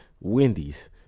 Wendy's